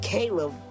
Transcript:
Caleb